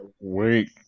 Wait